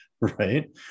right